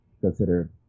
consider